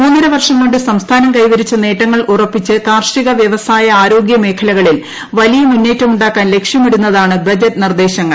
മൂന്നരവർഷം കൊണ്ട് സംസ്ഥാനം കൈവരിച്ച നേട്ടങ്ങൾ ഉറപ്പിച്ച് കാർഷിക വൃവസായ ആരോഗ്യ മേഖലകളിൽ വലിയ മുന്നേറ്റമുണ്ടാക്കാൻ ലക്ഷ്യമിടുന്നതാണ് ബജറ്റ് നിർദേശങ്ങൾ